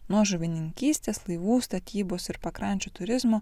nuo žuvininkystės laivų statybos ir pakrančių turizmo